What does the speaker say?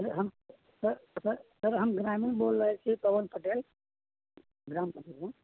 sir हम sir sir sir हम ग्रामीण बोल रहल छी पवन पटेल ग्राम कुआरि मदन